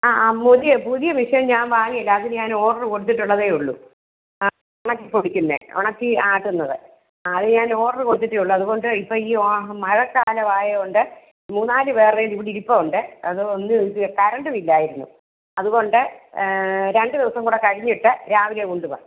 ആ ആ പുതിയ പുതിയ മിഷ്യൻ ഞാൻ വാങ്ങിയില്ല അതിന് ഞാൻ ഓർഡറ് കൊടുത്തിട്ടുള്ളതേ ഉള്ളു ആ ഉണക്കി പൊടിക്കുന്ന ഉണക്കി ആട്ടുന്നത് അത് ഞാൻ ഓർഡറ് കൊടുത്തിട്ടെ ഉള്ളു അത്കൊണ്ട് ഇപ്പം ഈ മഴക്കാലമായത് കൊണ്ട് മൂന്ന് നാല് പേരുടേത് ഇവിടെ ഇരിപ്പുണ്ട് അത് ഒന്ന് ഇത് കരണ്ടുമില്ലായിരുന്നു അത്കൊണ്ട് രണ്ട് ദിവസം കൂടെ കഴിഞ്ഞിട്ട് രാവിലെ കൊണ്ടു വരൂ